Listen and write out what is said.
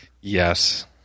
Yes